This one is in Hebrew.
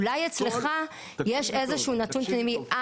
אולי אצלך יש איזשהו נתון פנימי.